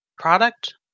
Product